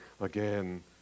again